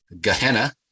Gehenna